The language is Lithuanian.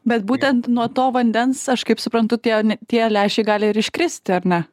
bet būtent nuo to vandens aš kaip suprantu tie ne tie lęšiai gali ir iškristi ar ne